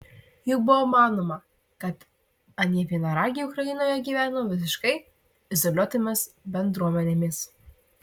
juk buvo manoma kad anie vienaragiai ukrainoje gyveno visiškai izoliuotomis bendruomenėmis